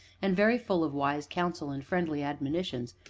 and very full of wise counsel and friendly admonitions,